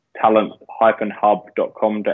talent-hub.com.au